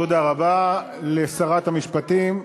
תודה רבה לשרת המשפטים.